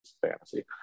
fantasy